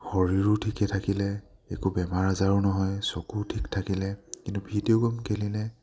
শৰীৰো ঠিকে থাকিলে একো বেমাৰ আজাৰো নহয় চকুও ঠিক থাকিলে কিন্তু ভিডিঅ' গেম খেলিলে